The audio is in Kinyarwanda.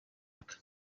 bwe